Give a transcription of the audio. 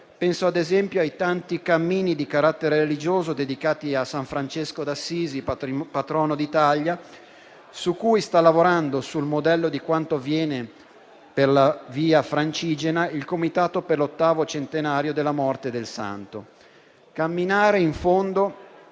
Penso ad esempio ai tanti cammini di carattere religioso dedicati a San Francesco d'Assisi, patrono d'Italia, su cui sta lavorando, sul modello di quanto avviene per la Via Francigena, il comitato per l'ottavo centenario della morte del Santo.